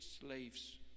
slaves